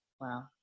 Wow